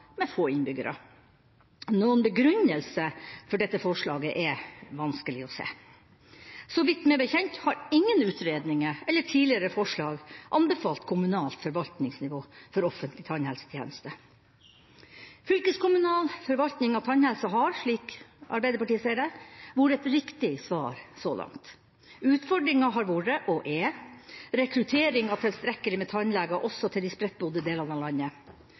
med få innbyggere. Noen begrunnelse for dette forslaget er vanskelig å se. Så vidt jeg veit, har ingen utredninger eller tidligere forslag anbefalt kommunalt forvaltningsnivå for offentlig tannhelsetjeneste. Fylkeskommunal forvaltning av tannhelsa har, slik Arbeiderpartiet ser det, vært et riktig svar så langt. Utfordringa har vært – og er – rekruttering av tilstrekkelig med tannleger også til de spredtbodde delene av landet.